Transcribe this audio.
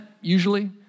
usually